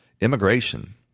immigration